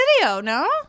no